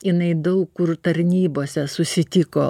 jinai daug kur tarnybose susitiko